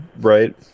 Right